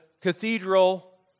cathedral